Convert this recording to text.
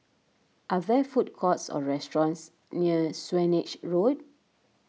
are there food courts or restaurants near Swanage Road